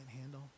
handle